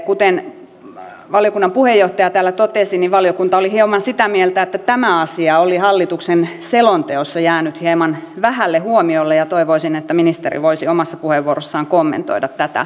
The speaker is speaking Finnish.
kuten valiokunnan puheenjohtaja täällä totesi valiokunta oli hieman sitä mieltä että tämä asia oli hallituksen selonteossa jäänyt hieman vähälle huomiolle ja toivoisin että ministeri voisi omassa puheenvuorossaan kommentoida tätä asiaa